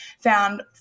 found